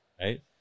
right